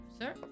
sir